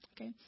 okay